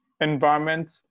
environments